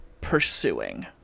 pursuing